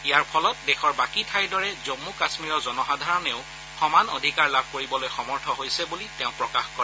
ইয়াৰ ফলত দেশৰ বাকী ঠাইৰ দৰে জম্মু কাশ্মীৰৰ জনসাধাৰণেও সমান অধিকাৰ লাভ কৰিবলৈ সমৰ্থ হৈছে বুলি তেওঁ প্ৰকাশ কৰে